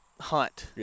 hunt